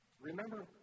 remember